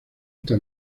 esta